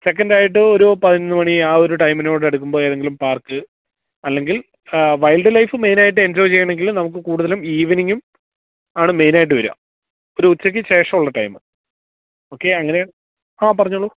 സെക്കൻഡായിട്ട് ഒരു പതിനൊന്നു മണി ആ ഒരു ടൈമിനോടടുക്കുമ്പോള് ഏതെങ്കിലും പാർക്ക് അല്ലെങ്കിൽ വൈൽഡ് ലൈഫ് മെയിനായിട്ട് എൻജോയ് ചെയ്യണമെങ്കില് നമുക്ക് കൂടുതലും ഈവെനിങ്ങും ആണ് മെയിനായിട്ട് വരിക ഒരു ഉച്ചയ്ക്ക് ശേഷമുള്ള ടൈം ഓക്കെ അങ്ങനെ ആ പറഞ്ഞുകൊള്ളൂ